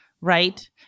right